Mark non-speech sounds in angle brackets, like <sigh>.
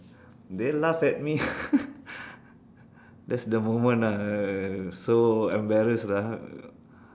they laugh at me <laughs> that's the moment ah so embarrassed lah